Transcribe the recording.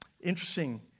interesting